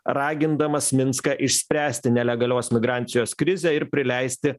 ragindamas minską išspręsti nelegalios migracijos krizę ir prileisti